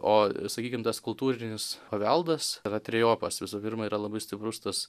o sakykim tas kultūrinis paveldas yra trejopas visų pirma yra labai stiprus tas